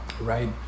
right